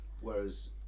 Whereas